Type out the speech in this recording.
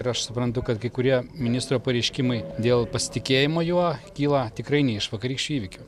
ir aš suprantu kad kai kurie ministro pareiškimai dėl pasitikėjimo juo kyla tikrai ne iš vakarykščių įvykių